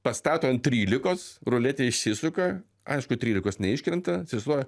pastato ant trylikos ruletė išsisuka aišku trylikos neiškrenta atsistoja